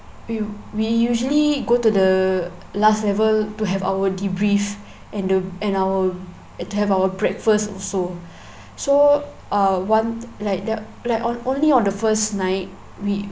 we we usually go to the last level to have our debrief and the and our and to have our breakfast also so uh one like the like on only on the first night we